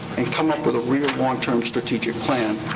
and come up with a real long-term strategic plan.